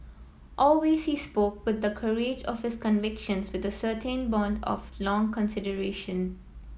always he's spoke with the courage of his convictions with a certainty born of long consideration